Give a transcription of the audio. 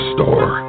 Store